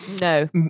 no